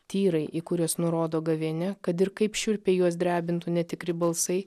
tyrai į kuriuos nurodo gavėnia kad ir kaip šiurpiai juos drebintų netikri balsai